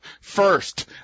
First